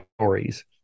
stories